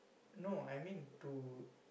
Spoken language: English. no I mean to